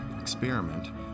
experiment